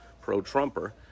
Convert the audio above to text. pro-Trumper